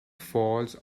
falls